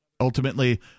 Ultimately